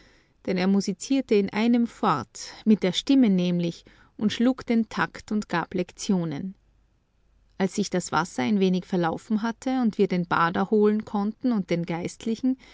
denn er musizierte in einem fort mit der stimme nämlich und schlug den takt und gab lektionen als sich das wasser ein wenig verlaufen hatte und wir den bader holen konnten und den geistlichen